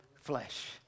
flesh